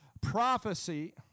prophecy